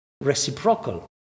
reciprocal